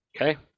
Okay